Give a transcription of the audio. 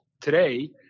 today